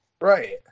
Right